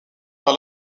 par